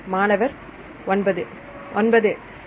மாணவர்9 9 சரி